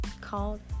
called